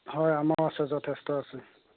হয় আমাৰো আছে যথেষ্ট আছে